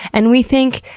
and we think,